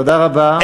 תודה רבה.